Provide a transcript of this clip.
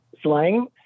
slang